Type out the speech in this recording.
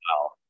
Wow